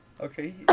Okay